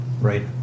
right